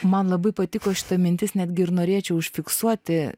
man labai patiko šita mintis netgi ir norėčiau užfiksuoti